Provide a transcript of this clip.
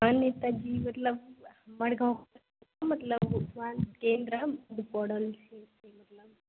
हॅं नेताजी मतलब बड़गाव मतलब उपस्वास्थकेन्द्र मे परल छै